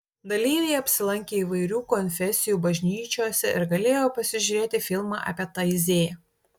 dalyviai apsilankė įvairių konfesijų bažnyčiose ir galėjo pasižiūrėti filmą apie taizė